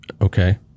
Okay